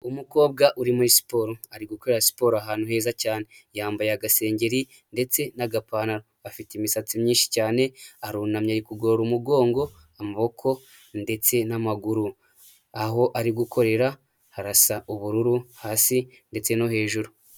Umukobwa uri muri siporo ari gukorera siporo ahantu heza cyane, yambaye agasengeri ndetse n'agapantaro, afite imisatsi myinshi cyane, arunamye ari kugorora umugongo, amaboko, ndetse n'amaguru, aho ari gukorera harasa ubururu hasi ndetse no hejuru.